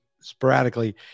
sporadically